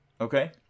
Okay